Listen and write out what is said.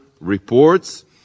reports